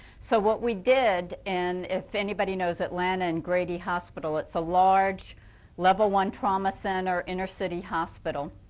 so what we did, and if anybody knows atlanta and grady hospital, it's a large level one trauma center inner city hospital,